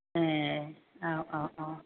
ए औ औ औ